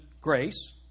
grace